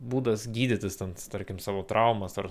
būdas gydytis ten tarkim savo traumas ar